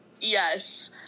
Yes